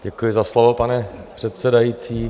Děkuji za slovo, pane předsedající.